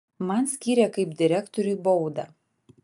man skyrė kaip direktoriui baudą